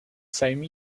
same